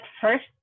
first